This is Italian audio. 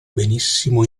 benissimo